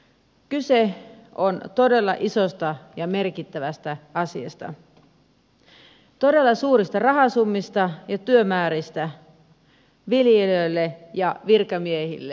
kyse on todella isosta ja merkittävästä asiasta todella suurista rahasummista ja työmääristä viljelijöille ja virkamiehille